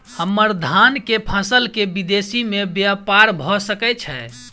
हम्मर धान केँ फसल केँ विदेश मे ब्यपार भऽ सकै छै?